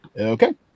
Okay